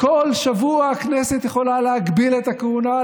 כל שבוע הכנסת יכולה להגביל את הכהונה,